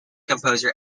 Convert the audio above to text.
composer